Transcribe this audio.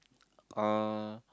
uh